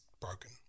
broken